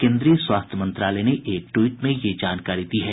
केन्द्रीय स्वास्थ्य मंत्रालय ने एक ट्वीट में ये जानकारी दी है